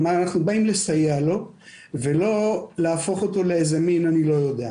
כלומר אנחנו באים לסייע לו ולא להפוך אותו לאיזה מין אני-לא-יודע-מה.